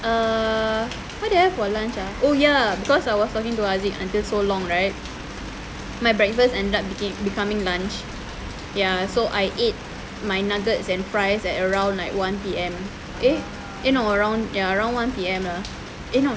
err what did I have for lunch ah oh ya because I was talking to haziq until so long right my breakfast end up became becoming lunch ya so I ate my nuggets and fries at around like one P_M eh eh no ya around one P_M eh no